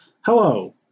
Hello